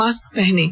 mask पहनें